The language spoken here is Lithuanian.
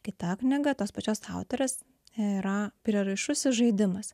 kita knyga tos pačios autorės yra prieraišusis žaidimas